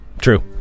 True